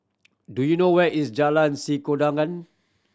do you know where is Jalan Sikudangan